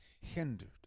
hindered